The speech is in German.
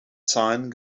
zahlen